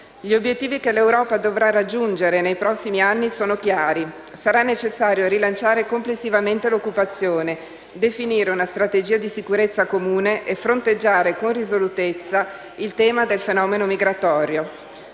Gli obiettivi che l'Europa dovrà raggiungere nei prossimi anni sono chiari: sarà necessario rilanciare complessivamente l'occupazione, definire una strategia di sicurezza comune e fronteggiare con risolutezza il tema del fenomeno migratorio.